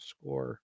score